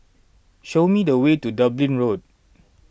show me the way to Dublin Road